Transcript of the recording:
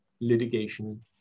litigation